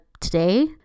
today